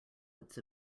its